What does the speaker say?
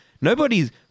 Nobody's